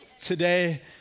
today